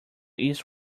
east